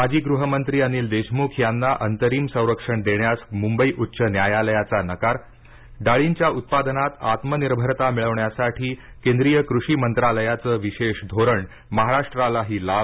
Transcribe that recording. माजी गृहमंत्री अनिल देशमुख यांना अंतरिम संरक्षण देण्यास मुंबई उच्च न्यायालयाचा नकार डाळींच्या उत्पादनात आत्मनिर्भरता मिळविण्यासाठीकेंद्रीय कृषीमंत्रालयाचं विशेष धोरणमहाराष्ट्रालाही लाभ